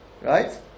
right